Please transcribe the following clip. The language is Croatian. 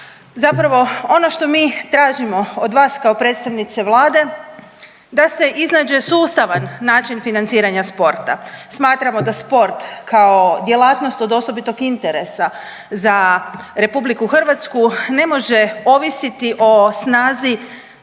Zapravo ono što mi tražimo od vas kao predstavnice Vlade da se iznađe sustavan način financiranja sporta. Smatramo da sport kao djelatnost od osobitog interesa za Republiku Hrvatsku ne može ovisiti o snazi